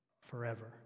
forever